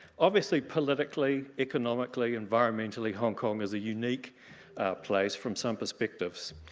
obviously politically economically environmentally hong kong is a unique place from some perspectives.